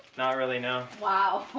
not really, no. wow.